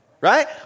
Right